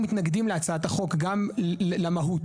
אנחנו מתנגדים להצעת החוק, גם למהות.